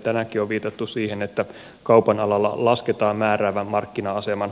tänäänkin on viitattu siihen että kaupan alalla lasketaan määräävän markkina aseman